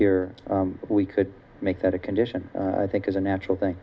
here we could make that a condition i think is a natural thing